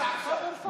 שנמצאים כאן באולם,